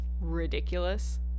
ridiculous